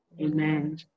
Amen